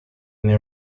there